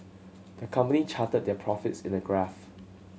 the company charted their profits in a graph